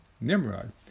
Nimrod